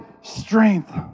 strength